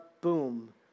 boom